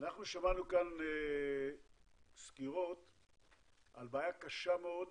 אנחנו שמענו כאן סקירות על בעיה קשה מאוד